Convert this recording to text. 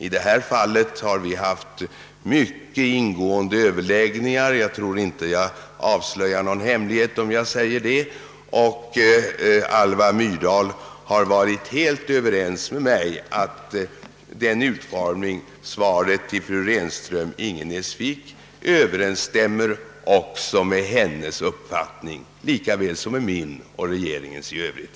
I det här fallet har vi haft mycket ingående överläggningar — jag tror inte att jag avslöjar någon hemlighet om jag säger det — och Alva Myrdal har varit helt ense med mig om att den utformning, som svaret till fru Renström-Ingenäs erhållit, överensstämmer med hennes uppfattning lika väl som med min och regeringens i övrigt.